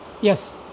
yes